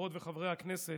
חברות וחברי הכנסת,